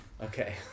okay